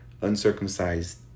uncircumcised